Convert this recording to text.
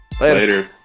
Later